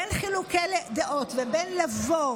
בין חילוקי דעות לבין לבוא